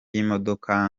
y’imodoka